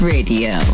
Radio